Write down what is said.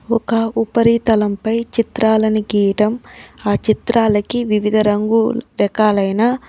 ఒక ఉపరితలంపై చిత్రాలను గీయటం ఆ చిత్రాలకి వివిధ రంగు రకాలైన